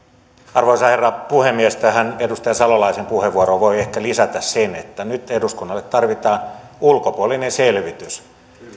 arvoisa herra puhemies tähän edustaja salolaisen puheenvuoroon voi ehkä lisätä sen että nyt eduskunnalle tarvitaan ulkopuolinen selvitys